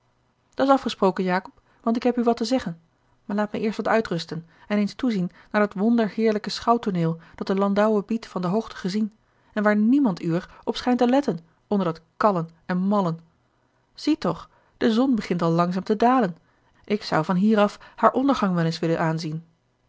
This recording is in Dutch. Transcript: neerdalen dat's afgesproken jacob want ik heb u wat te zeggen maar laat me eerst wat uitrusten en eens toezien naar dat wonder heerlijke schouwtooneel dat de landouwe biedt van de hoogte gezien en waar niemand uwer op schijnt te letten onder dat kallen en mallen ziet doch de zon begint al langzaam te dalen ik zou van hier af haar ondergang wel eens willen aanzien